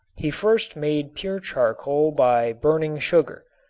he first made pure charcoal by burning sugar.